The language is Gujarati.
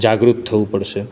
જાગૃત થવું પડશે